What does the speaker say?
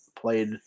played